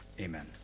amen